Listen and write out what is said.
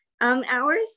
hours